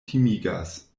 timigas